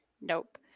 Nope